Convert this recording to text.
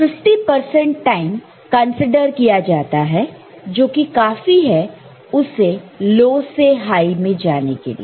तो यह 50 percent time consider किया जाता है जो कि काफी है उसे लो से हाई में जाने के लिए